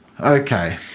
Okay